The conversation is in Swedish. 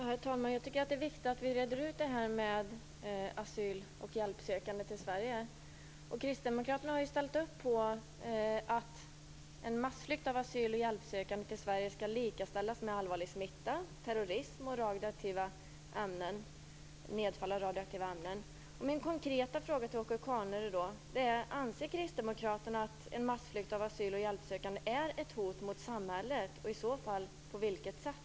Herr talman! Jag tycker att det är viktigt att reda ut frågan om asyl och hjälpsökande som kommer till Sverige. Kristdemokraterna har ställt upp på att en massflykt av asyl och hjälpsökande till Sverige skall likställas med allvarlig smitta, terrorism och nedfall av radioaktiva ämnen. Jag har två konkreta frågor till Åke Carnerö: Anser kristdemokraterna att en massflykt av asyl och hjälpsökande är ett hot mot samhället? I så fall, på vilket sätt?